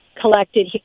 collected